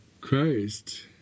Christ